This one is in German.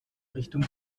richtung